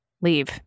leave